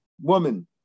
woman